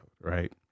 right